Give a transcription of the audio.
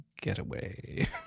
getaway